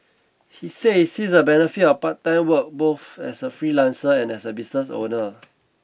he said he sees a benefit of part time work both as a freelancer and as a business owner